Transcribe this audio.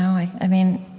i mean,